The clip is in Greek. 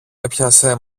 έπιασε